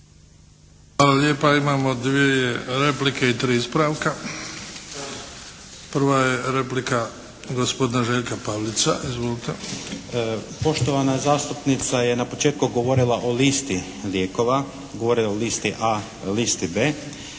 Hvala lijepa. Imamo dvije replike i tri ispravka. Prva je replika gospodina Željka Pavlica. Izvolite. **Pavlic, Željko (MDS)** Poštovana zastupnica je na početku govorila o listi lijekova, govorila o listi A, listi B.